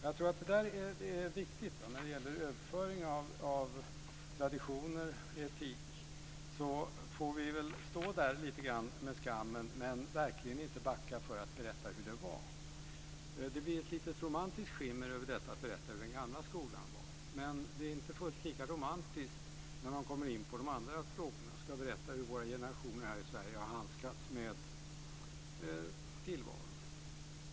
Jag tror att det är viktigt när det gäller överföring av traditioner och etik. Vi får väl stå där lite grann med skammen men verkligen inte backa för att berätta hur det var. Det blir ett lite romantiskt skimmer över detta att berätta hur den gamla skolan var. Men det är inte fullt lika romantiskt när man kommer in på de andra frågorna och ska berätta hur våra generationer här i Sverige har handskats med tillvaron.